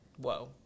Whoa